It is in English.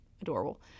adorable